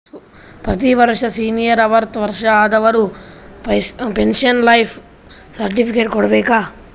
ಪ್ರತಿ ವರ್ಷ ಸೀನಿಯರ್ ಅರ್ವತ್ ವರ್ಷಾ ಆದವರು ಪೆನ್ಶನ್ ಲೈಫ್ ಸರ್ಟಿಫಿಕೇಟ್ ಕೊಡ್ಬೇಕ